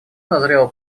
назрела